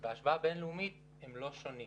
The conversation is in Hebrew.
ובהשוואה בין-לאומית הם לא שונים.